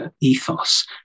ethos